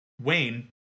Wayne